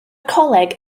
coleg